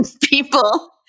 People